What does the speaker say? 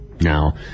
Now